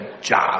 job